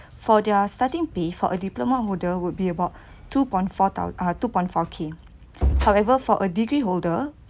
for their starting pay for a diploma holder would be about two point four thou~ ah two point four K however for a degree holder